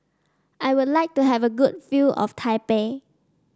I would like to have a good view of Taipei